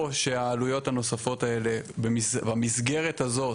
או שהעלויות הנוספות במסגרת הזאת